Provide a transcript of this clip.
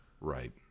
Right